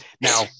now